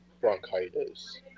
bronchitis